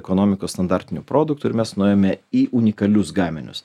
ekonomikos standartinių produktų ir mes nuėjome į unikalius gaminius